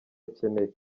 akeneye